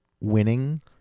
winning